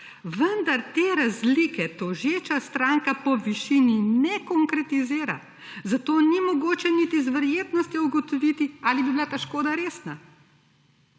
Vendar te razlike, tožeča stranka po višini ne konkretizira, zato ni mogoče niti z verjetnostjo ugotoviti ali bi bila ta škoda resna.